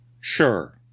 Sure